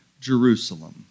Jerusalem